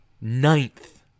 Ninth